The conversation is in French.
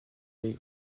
les